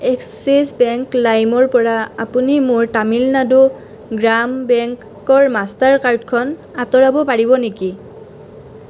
axis bank লাইমৰ পৰা আপুনি মোৰ তামিলনাডু গ্ৰাম বেংকৰ মাষ্টাৰ কাৰ্ডখন আঁতৰাব পাৰিব নেকি